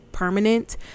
Permanent